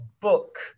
book